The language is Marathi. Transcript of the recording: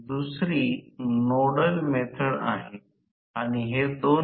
3 टप्प्यातील पुरवठा किंवा व्होल्टेज शी जोडलेले आहे आणि वारंवारता स्थिर राहील